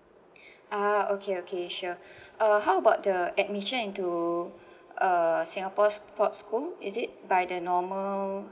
ah okay okay sure uh how about the admission into uh singapore sports school is it by the normal